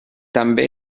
també